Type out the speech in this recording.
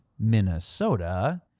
Minnesota